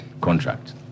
contract